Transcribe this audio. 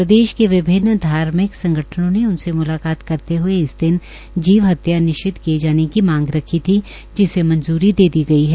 प्रदेश के विभिन्न धार्मिक संगठनों ने उनसे म्लाकात करते हए इस दिन जीव हत्या निषिद किए जाने की मांग रखी थी जिसे मंज्री दे दी गई है